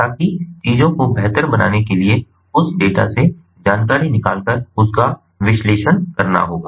ताकि चीजों को बेहतर बनाने के लिए उस डेटा से जानकारी निकाल कर उनका विश्लेषण करना होगा